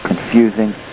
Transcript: confusing